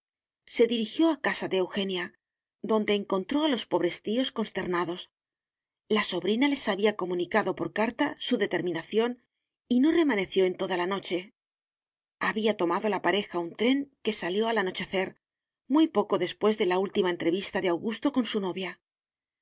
se dirigió a casa de eugenia donde encontró a los pobres tíos consternados la sobrina les había comunicado por carta su determinación y no remaneció en toda la noche había tomado la pareja un tren que salió al anochecer muy poco después de la última entrevista de augusto con su novia